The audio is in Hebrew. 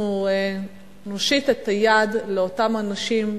אנחנו נושיט את היד לאותם אנשים,